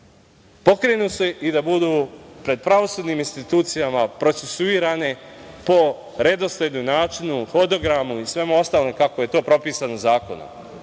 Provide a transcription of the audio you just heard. pokrenu i da budu pred pravosudnim institucijama procesuirane po redosledu, načinu, hodogramu i svemu ostalom kako je to propisano zakonom.S